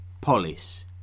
polis